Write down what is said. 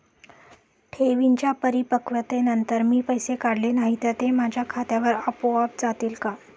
ठेवींच्या परिपक्वतेनंतर मी पैसे काढले नाही तर ते माझ्या खात्यावर आपोआप जातील का?